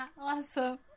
Awesome